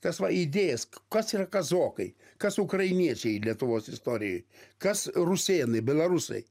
tas va idėjas kas yra kazokai kas ukrainiečiai lietuvos istorijoj kas rusėnai belarusai